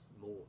more